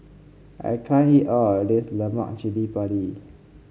I can't eat all of this Lemak Cili Padi